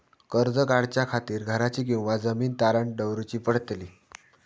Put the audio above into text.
कर्ज काढच्या खातीर घराची किंवा जमीन तारण दवरूची पडतली?